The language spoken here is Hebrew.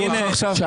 עכשיו יש